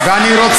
חיים,